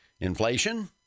Inflation